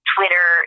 Twitter